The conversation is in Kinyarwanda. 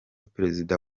perezida